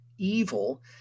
evil